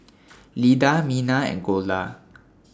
Lida Mina and Golda